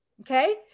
Okay